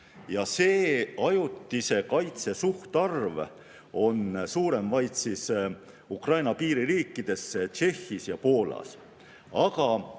See ajutise kaitse suhtarv on suurem vaid Ukraina piiririikides Tšehhis ja Poolas.